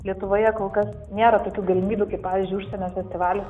lietuvoje kol kas nėra tokių galimybių kaip pavyzdžiui užsienio festivalių